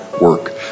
work